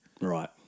Right